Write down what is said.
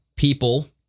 People